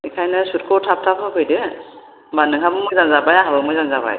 बेखायनो सुतखौ थाब थाब होफैदो होम्बा नोंहाबो मोजां जाबाय आंहाबो मोजां जाबाय